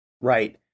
Right